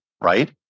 right